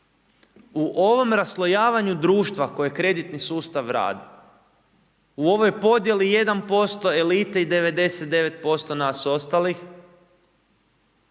U ovom raslojavanju društva koje kreditni sustav radi, u ovoj podjeli 1% elite i 99% nas ostalih